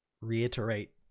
reiterate